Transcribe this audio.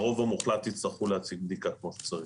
הרוב המוחלט יצטרכו להציג בדיקה כמו שצריך.